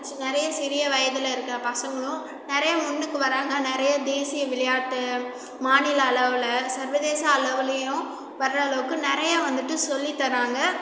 நிறைய சிறிய வயதில் இருக்கிற பசங்களும் நிறையா முன்னுக்கு வராங்கள் நிறைய தேசிய விளையாட்டு மாநில அளவில் சர்வதேச அளவிலையும் வர்ற அளவுக்கு நிறையா வந்துட்டு சொல்லி தராங்கள்